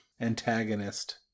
antagonist